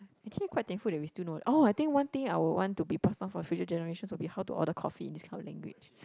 actually quite thankful that we still know orh I think one thing I would want to be pass down for our future generations will be how to order coffee in this kind of language